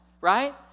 Right